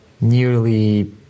nearly